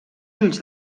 ulls